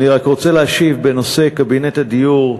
אני רק רוצה להשיב בנושא קבינט הדיור,